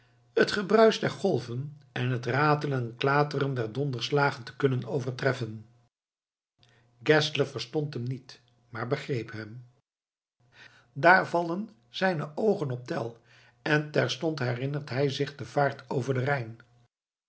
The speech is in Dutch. het gebruis der golven en het ratelen en klateren der donderslagen te kunnen overtreffen geszler verstond hem niet maar begreep hem daar vallen zijne oogen op tell en terstond herinnert hij zich de vaart over den rijn